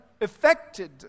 affected